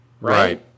Right